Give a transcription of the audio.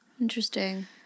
Interesting